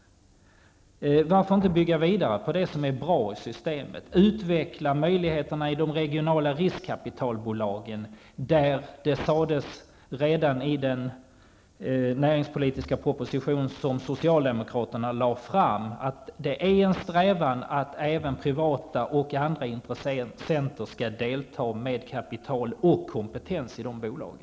Varför inte bygga vidare på det som är bra i systemet? Varför inte utveckla möjligheterna i de regionala riskkapitalbolagen? Det sades redan i den näringspolitiska proposition som den socialdemokratiska regeringen lade fram att det är en strävan att även privata och andra intressenter skall delta med kapital och kompetens i dessa bolag.